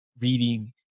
reading